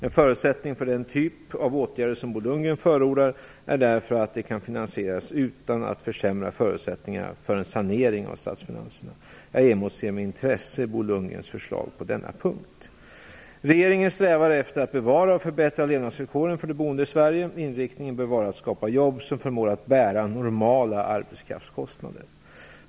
En förutsättning för den typ av åtgärder som Bo Lundgren förordar är därför att de kan finansieras utan att förutsättningarna för en sanering av statsfinanserna försämras. Jag emotser med intresse Bo Lundgrens förslag på denna punkt. Regeringen strävar efter att bevara och förbättra levnadsvillkoren för de boende i Sverige. Inriktningen bör vara att skapa jobb som förmår att bära normala arbetskraftskostnader.